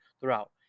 throughout